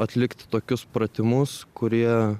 atlikti tokius pratimus kurie